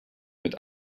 mit